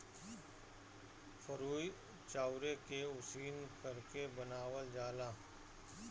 फरुई चाउरे के उसिना करके बनावल जाला